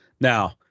Now